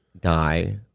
die